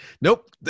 nope